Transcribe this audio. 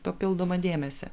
papildomą dėmesį